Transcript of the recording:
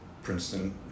Princeton